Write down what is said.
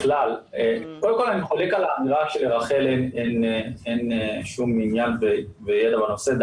קודם כל אני חולק על האמירה שלרח"ל אין שום עניין וידע בנושא.